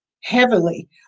heavily